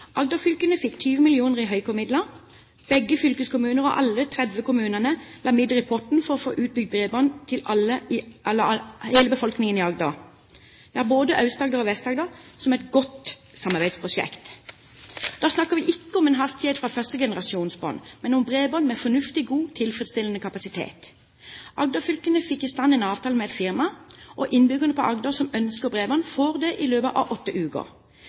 Agder-fylkene fikk 20 mill. kr i Høykom-midler. Begge fylkeskommuner og alle de 30 kommunene la midler i potten for å få utbygd bredbånd til hele befolkningen i Agder, både i Aust-Agder og i Vest-Agder, som et godt samarbeidsprosjekt. Da snakker vi ikke om en hastighet fra førstegenerasjons bredbånd, men om bredbånd med fornuftig, god og tilfredsstillende kapasitet. Agder-fylkene fikk i stand en avtale med et firma, og innbyggerne i Agder som ønsker bredbånd, får det i løpet av åtte uker.